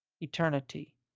eternity